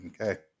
okay